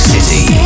City